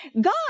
God